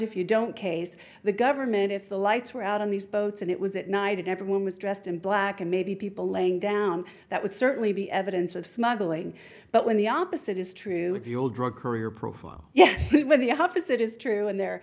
if you don't case the government if the lights were out on these boats and it was at night and everyone was dressed in black and maybe people laying down that would certainly be evidence of smuggling but when the opposite is true the old drug courier profile yes the opposite is true and they're